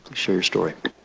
share your story